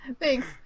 thanks